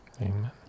Amen